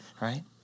right